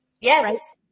Yes